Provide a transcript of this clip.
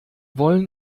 wollen